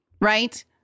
right